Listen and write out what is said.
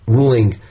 ruling